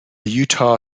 utah